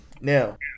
now